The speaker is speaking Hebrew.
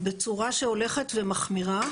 בצורה שהולכת ומחמירה.